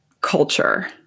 culture